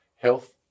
health